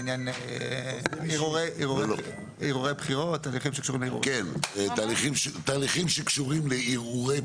בעניין ערעורי בחירות, תהליכים שקשורים לערעורים.